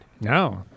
No